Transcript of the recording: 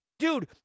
Dude